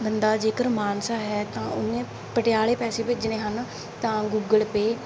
ਬੰਦਾ ਜੇਕਰ ਮਾਨਸਾ ਹੈ ਤਾਂ ਉਹਨੇ ਪਟਿਆਲੇ ਪੈਸੇ ਭੇਜਣੇ ਹਨ ਤਾਂ ਉਹ ਗੂਗਲ ਪੇ